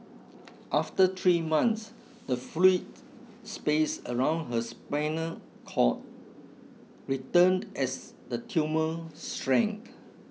after three months the fluid space around her spinal cord returned as the tumour shrank